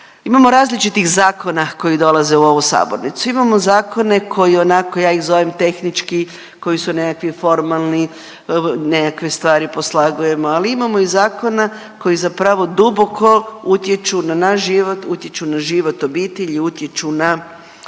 imamo različitih zakona koji dolaze u ovu sabornicu. Imamo zakone koji onako, ja ih zovem tehnički, koji su nekakvi formalni, nekakve stvari poslagujemo, ali imamo i zakona koji zapravo duboko utječu na naš život, utječu na život obitelji, utječu na